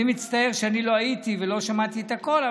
אני מצטער שלא הייתי ולא שמעתי את הכול,